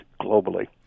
globally